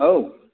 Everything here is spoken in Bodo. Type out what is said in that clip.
औ